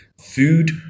food